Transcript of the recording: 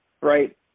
right